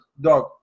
dog